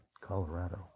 Colorado